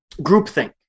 groupthink